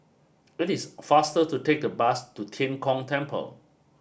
it is faster to take the bus to Tian Kong Temple